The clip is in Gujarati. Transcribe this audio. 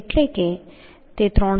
એટલે કે તે 390